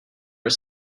are